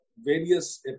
various